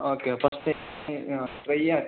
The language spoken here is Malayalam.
ഓക്കെ ഫസ്റ്റ് ആ വലിയ